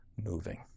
moving